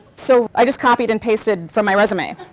so i just copied and pasted from my resume.